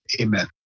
amen